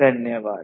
धन्यवाद